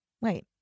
wait